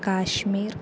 काश्मीरः